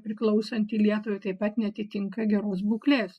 priklausanti lietuvai taip pat neatitinka geros būklės